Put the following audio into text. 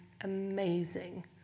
amazing